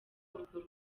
urwo